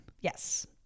Yes